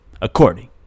according